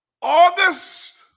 August